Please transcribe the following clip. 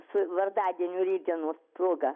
su vardadieniu rytdienos proga